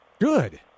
Good